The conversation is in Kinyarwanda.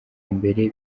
mbere